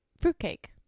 fruitcake